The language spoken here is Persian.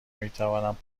میتوانم